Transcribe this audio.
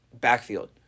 backfield